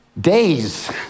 days